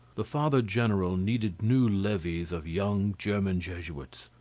the father-general needed new levies of young german-jesuits.